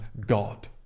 God